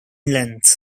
length